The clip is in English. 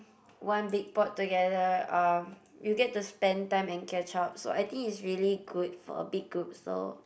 one big pot together um you get to spend time and catch up so I think it's really good for a big group so